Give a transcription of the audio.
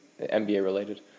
NBA-related